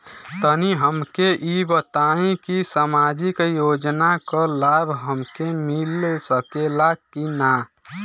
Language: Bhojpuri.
तनि हमके इ बताईं की सामाजिक योजना क लाभ हमके मिल सकेला की ना?